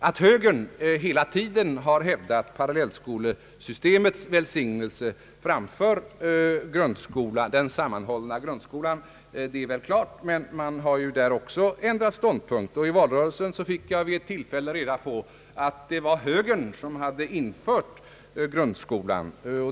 Att högern hela tiden har hävdat parallellskolesystemets välsignelse står väl klart, men där har man också ändrat ståndpunkt. Under valrörelsen fick jag vid ett tillfälle höra att det var högern som hade infört grundskolan.